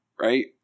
right